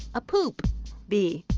a poop b.